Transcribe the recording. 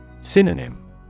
Synonym